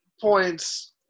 points